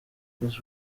chris